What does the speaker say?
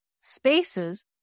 spaces